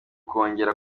kongera